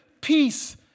peace